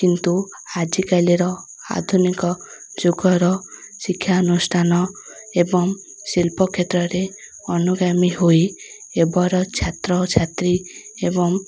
କିନ୍ତୁ ଆଜିକାଲିର ଆଧୁନିକ ଯୁଗର ଶିକ୍ଷାନୁଷ୍ଠାନ ଏବଂ ଶିଳ୍ପ କ୍ଷେତ୍ରରେ ଅନୁଗାମୀ ହୋଇ ଏବେର ଛାତ୍ର ଛାତ୍ରୀ ଏବଂ